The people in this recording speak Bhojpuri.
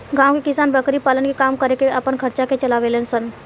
गांव के किसान बकरी पालन के काम करके आपन खर्चा के चलावे लेन